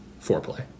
foreplay